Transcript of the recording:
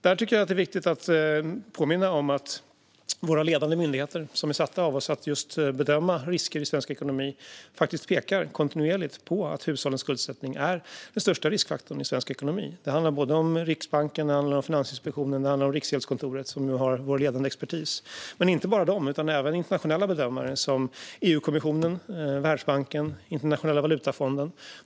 Det är viktigt att påminna om att våra ledande myndigheter, som är satta av oss att just bedöma risker i svensk ekonomi, faktiskt kontinuerligt pekar på att hushållens skuldsättning är den största riskfaktorn i svensk ekonomi. Det handlar om Riksbanken, Finansinspektionen och Riksgäldskontoret, som nu har vår ledande expertis. Men det är inte bara de utan även internationella bedömare som EU-kommissionen, Världsbanken och Internationella valutafonden.